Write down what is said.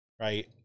Right